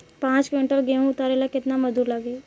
पांच किविंटल गेहूं उतारे ला केतना मजदूर लागी?